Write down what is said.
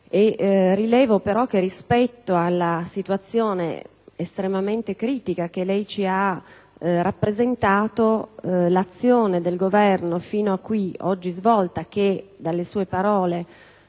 Rilevo però che, rispetto alla situazione estremamente critica che lei ci ha rappresentato, l'azione del Governo fino ad oggi svolta, che dalle sue parole